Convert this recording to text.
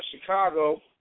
Chicago